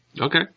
Okay